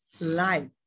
life